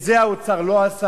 את זה האוצר לא עשה,